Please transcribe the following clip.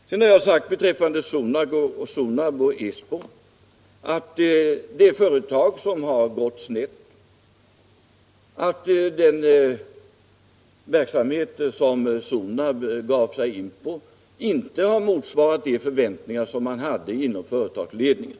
Jag har sagt att Sonab och ESSBO är företag som har gått snett, att den verksamhet som Sonab gav sig in på inte har motsvarat de förväntningar som man hade inom företagsledningen.